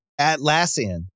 Atlassian